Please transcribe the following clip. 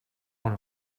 one